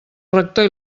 rector